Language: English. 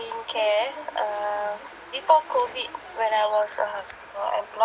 skincare uh before COVID when I was uh employed